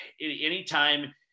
Anytime